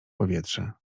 powietrze